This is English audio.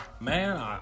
Man